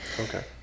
Okay